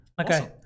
Okay